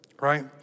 right